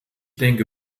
denke